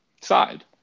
side